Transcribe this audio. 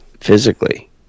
physically